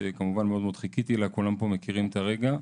שכמובן מאוד-מאוד חיכיתי לה וכולם פה מכירים את הרגע,